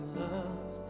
love